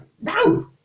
No